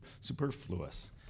superfluous